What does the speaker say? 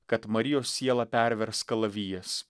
kad marijos sielą pervers kalavijas